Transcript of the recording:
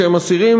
שהם אסירים